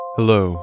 Hello